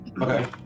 Okay